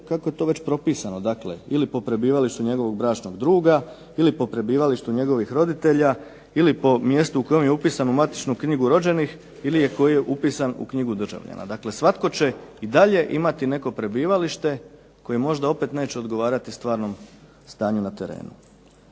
kako je to već propisano. Dakle ili po prebivalištu njegovog bračnog druga ili po prebivalištu njegovih roditelja ili po mjestu u kojem je upisan u matičnu knjigu rođenih ili koji je upisan u knjigu državljana. Dakle, svatko će i dalje imati neko prebivalište koje možda opet neće odgovarati stvarnom stanju na terenu.